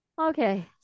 Okay